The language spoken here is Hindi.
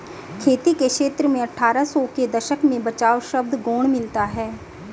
खेती के क्षेत्र में अट्ठारह सौ के दशक में बचाव शब्द गौण मिलता है